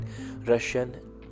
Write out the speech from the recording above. russian